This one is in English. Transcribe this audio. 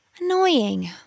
Annoying